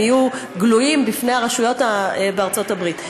יהיו גלויים לפני הרשויות בארצות הברית.